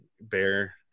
Bear